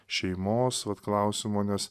šeimos vat klausimo nes